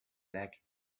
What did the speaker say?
black